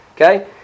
Okay